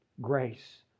Grace